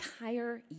entire